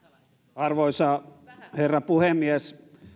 arvoisa herra puhemies